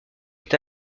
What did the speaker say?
est